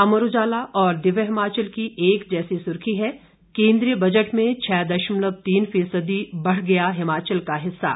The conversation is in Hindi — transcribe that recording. अमर उजाला और दिव्य हिमाचल की एक जैसी सुर्खी है केंद्रीय बजट में छह दशमलव तीन फीसदी बढ़ गया हिमाचल का हिस्सा